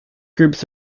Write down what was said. groups